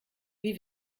wie